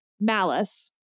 malice